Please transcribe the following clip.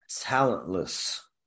talentless